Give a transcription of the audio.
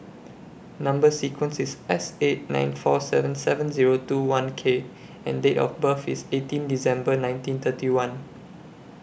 Number sequence IS S eight nine four seven seven Zero two one K and Date of birth IS eighteen December nineteen thirty one